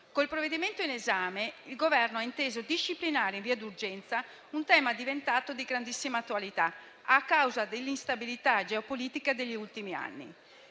il provvedimento in esame, il Governo ha inteso disciplinare in via d'urgenza un tema diventato di grandissima attualità a causa dell'instabilità geopolitica degli ultimi anni.